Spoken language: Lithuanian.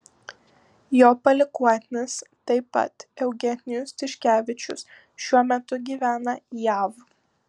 jo palikuonis taip pat eugenijus tiškevičius šiuo metu gyvena jav